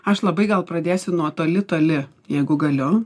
aš labai gal pradėsiu nuo toli toli jeigu galiu